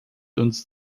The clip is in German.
uns